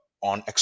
on